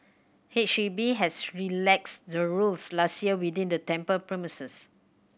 H E B has relaxed the rules last year within the temple premises